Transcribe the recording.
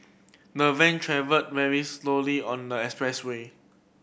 the van travelled very slowly on the expressway